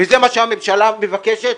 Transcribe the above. וזה מה שהממשלה מבקשת.